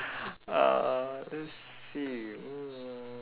uh let's see mm